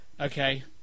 Okay